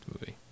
movie